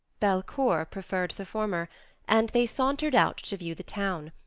belcour preferred the former and they sauntered out to view the town,